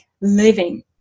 living